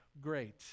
great